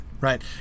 right